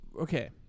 Okay